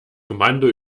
kommando